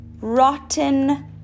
rotten